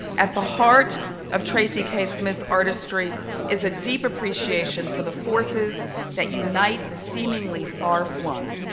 at the heart of tracy k. smith's artistry is a deep appreciation for the forces that unite the seemingly far flung.